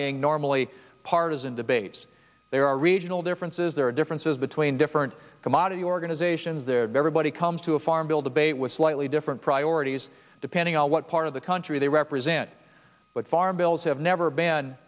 being normally partisan debates there are regional differences there are differences between different commodity organizations there everybody comes to a farm bill debate with slightly different priorities depending on what part of the country they represent but farm bills have never been